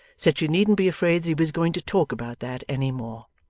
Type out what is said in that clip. said she needn't be afraid that he was going to talk about that, any more.